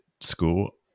school